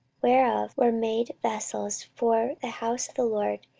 whereof were made vessels for the house of the lord,